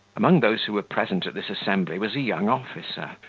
among those who were present at this assembly was a young officer,